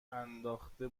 انداخته